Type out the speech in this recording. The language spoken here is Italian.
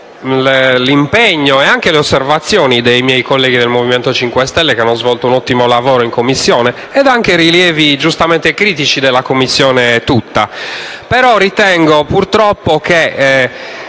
l'impegno e anche le osservazioni dei miei colleghi del Movimento 5 Stelle, che hanno svolto un ottimo lavoro in Commissione, e anche i rilievi giustamente critici della Commissione tutta.